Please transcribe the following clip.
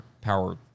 power